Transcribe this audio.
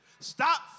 Stop